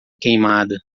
queimada